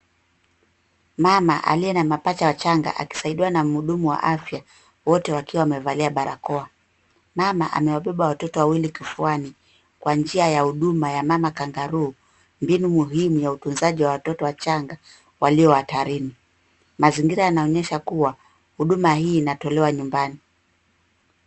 Mama aliye na mapacha wachanga akisaidiwa na mhudumu wa afya, wote wakiwa wamevalia barakoa. Mama amewabeba watoto wawili kifuani kwa njia ya huduma ya mama kangaroo mbinu muhimu ya utunzaji wa watoto wachanga walio hatarini. Mazingira yanaonyesha kuwa huduma hii inatolewa nyumbani.